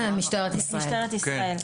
משטרת ישראל.